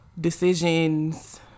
decisions